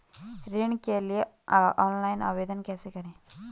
ऋण के लिए ऑनलाइन आवेदन कैसे करें?